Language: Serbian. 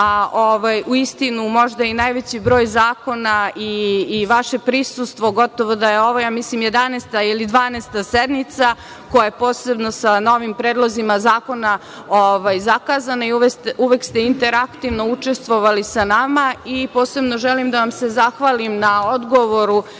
U istinu možda i najveći broj zakona i vaše prisustvo, gotovo da je ovo mislim 11. ili 12. sednica koja je posebno sa novim predlozima zakona zakazana i uvek ste interaktivno učestvovali sa nama i posebno želim da vam se zahvalim na odgovoru